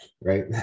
right